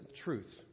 truth